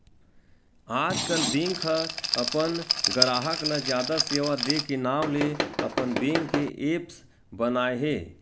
आजकल बेंक ह अपन गराहक ल जादा सेवा दे के नांव ले अपन बेंक के ऐप्स बनाए हे